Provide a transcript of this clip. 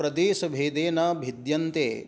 प्रदेशभेदेन भिद्यन्ते